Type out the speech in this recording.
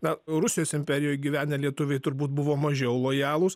na rusijos imperijoj gyvenę lietuviai turbūt buvo mažiau lojalūs